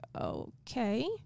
okay